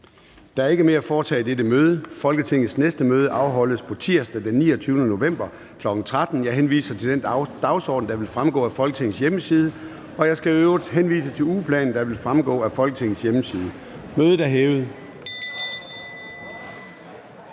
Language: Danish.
Der er ikke mere at foretage i dette møde. Folketingets næste møde afholdes tirsdag den 29. november 2022, kl. 13.00. Jeg henviser til den dagsorden, der vil fremgå af Folketingets hjemmeside. Og jeg skal i øvrigt henvise til ugeplanen, der også vil fremgå af Folketingets hjemmeside. Mødet er hævet.